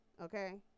Okay